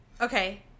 Okay